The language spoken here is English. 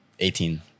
18